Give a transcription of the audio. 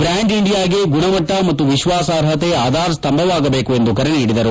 brand ಇಂಡಿಯಾಗೆ ಗುಣಮಟ್ಟ ಮತ್ತು ವಿಶ್ವಾಸಾರ್ಹತೆ ಆಧಾರಸ್ವಂಭವಾಗಬೇಕು ಎಂದು ಕರೆ ನೀಡಿದರು